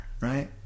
right